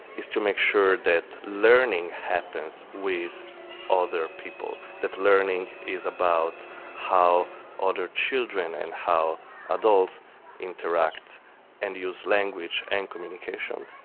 is to make sure that learning happens with other people, that learning is about how other children and adults interact and use language and communication.